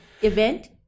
event